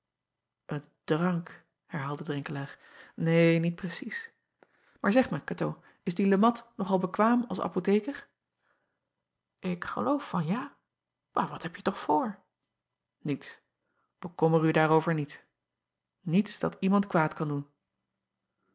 en drank herhaalde renkelaer neen niet precies maar zeg mij atoo is die e at nog al bekwaam als apotheker k geloof van ja maar wat hebje toch voor iets ekommer u daarover niet niets dat iemand kwaad kan doen